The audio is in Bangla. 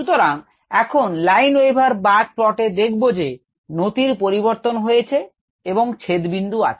সুতরাং এখন Lineweaver Burk plot এ দেখবো যে নতির পরিবর্তিত হয়েছে এবং ছেদ বিন্দু আছে